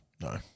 No